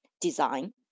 design